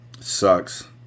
Sucks